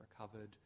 recovered